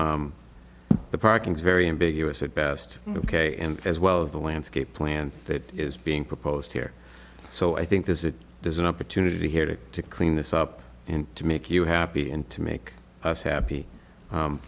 the parking is very ambiguous at best ok and as well as the landscape plan that is being proposed here so i think this is there's an opportunity here to clean this up and to make you happy and to make us happy